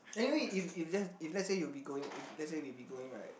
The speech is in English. anyway if if just if let's say you'll be going if let's say we'll be going right